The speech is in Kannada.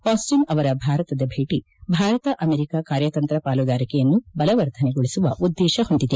ಅಸ್ಸಿನ್ ಅವರ ಭಾರತದ ಭೇಟಿ ಭಾರತ ಅಮೆರಿಕ ಕಾರ್ಯತಂತ್ರ ಪಾಲುದಾರಿಕೆಯನ್ನು ಬಲವರ್ಧನೆಗೊಳಿಸುವ ಉದ್ದೇಶ ಹೊಂದಿದೆ